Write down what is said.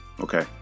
Okay